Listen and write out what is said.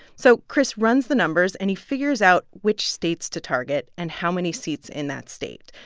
so chris runs the numbers, and he figures out which states to target and how many seats in that state.